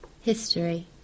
History